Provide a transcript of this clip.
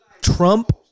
Trump